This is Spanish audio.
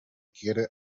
quiere